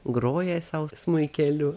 groja sau smuikeliu